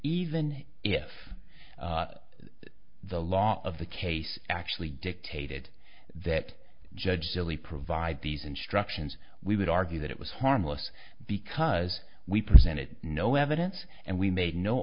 even if the law of the case actually dictated that judge dilly provide these instructions we would argue that it was harmless because we presented no evidence and we made no